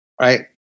right